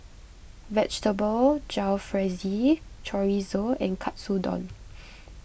Vegetable Jalfrezi Chorizo and Katsudon